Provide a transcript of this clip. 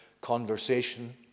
conversation